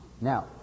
Now